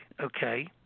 okay